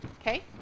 Okay